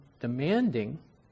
demanding